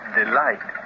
delight